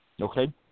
Okay